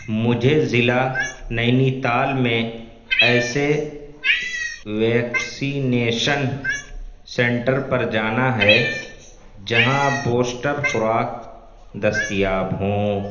مجھے ضلع نینی تال میں ایسے ویکسینیشن سنٹر پر جانا ہے جہاں بوشٹر خوراک دستیاب ہوں